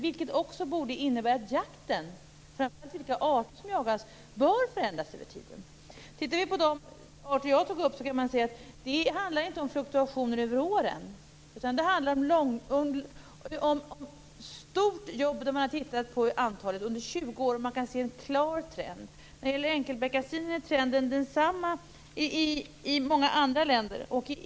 Det borde också innebära att jakten, och framför allt vilka arter som jagas, bör förändras över tiden. När det gäller de arter jag tog upp handlar det inte om fluktuationer över åren, utan det handlar om ett stort jobb där man har tittat på antalet under 20 år. Man kan se en klar trend. För enkelbeckasinen är trenden densamma i många andra länder.